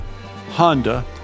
Honda